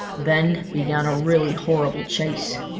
then began a really horrible chase.